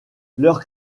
leur